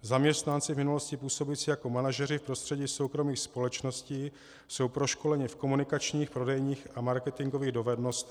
Zaměstnanci, v minulosti působící jako manažeři v prostředí soukromých společností jsou proškoleni v komunikačních, prodejních a marketingových dovednostech.